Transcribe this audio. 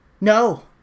No